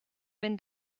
wenn